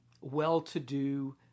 well-to-do